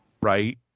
right